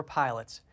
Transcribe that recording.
pilots